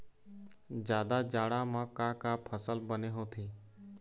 जादा जाड़ा म का का फसल बने होथे?